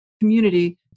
community